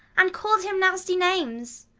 and call'd him nasty names,